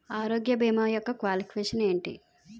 ఆరోగ్య భీమా యెక్క క్వాలిఫికేషన్ ఎంటి?